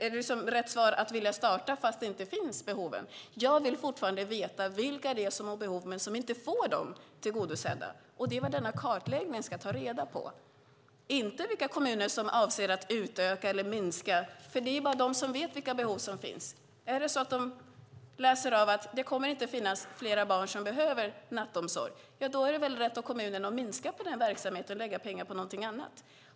Är det rätt svar att vilja starta fast behoven inte finns? Jag vill fortfarande veta vilka det är som har behov men som inte får dem tillgodosedda, och det är vad man i denna kartläggning ska ta reda på, inte vilka kommuner som avser att utöka eller minska. För det är bara de som vet vilka behov som finns. Är det så att de läser av att det inte kommer att finnas flera barn som behöver nattomsorg är det väl rätt av kommunen att minska på den verksamheten och lägga pengar på någonting annat.